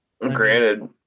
Granted